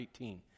18